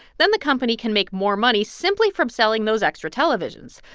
then the company can make more money simply from selling those extra televisions.